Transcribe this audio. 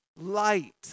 Light